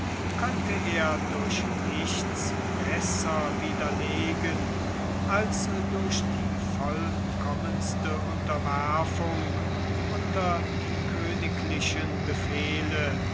könne er durch nichts besser widerlegen als durch die vollkommenste unterwerfung unter die königlichen befehle